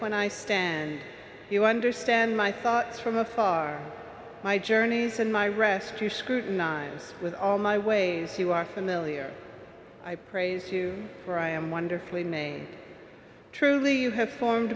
when i stand you understand my thoughts from afar my journeys and my rest to scrutinize with all my ways you are familiar i praise you for i am wonderfully made truly you have formed